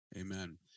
amen